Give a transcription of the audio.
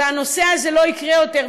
וזה לא יקרה יותר,